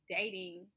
dating